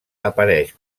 apareix